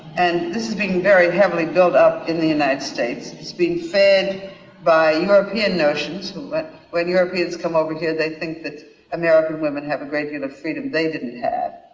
and this is being very heavily built up in the united states. it's being fed by european notions. when but when europeans come over here they think that american women have a great deal of freedom they didn't have.